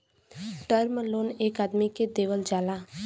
term loan एक आदमी के देवल जाला